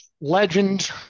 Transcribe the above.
legend